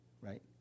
right